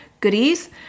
goodies